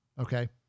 okay